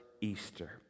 Easter